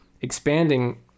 expanding